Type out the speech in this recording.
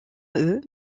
eux